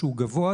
שהוא גבוה,